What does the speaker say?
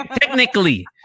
Technically